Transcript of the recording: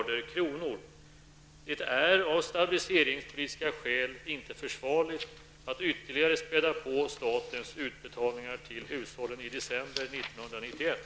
Det är av stabiliseringspolitiska skäl inte försvarligt att ytterligare späda på statens utbetalningar till hushållen i december 1991.